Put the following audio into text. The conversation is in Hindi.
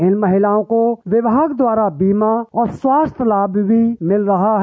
इन महिलाओं को विभाग द्वारा बीमा और स्वास्थ लाभ भी मिल रहा है